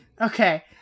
Okay